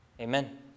Amen